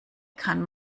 kann